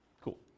Cool